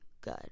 good